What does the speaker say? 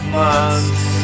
months